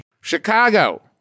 Chicago